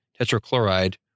tetrachloride